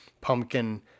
pumpkin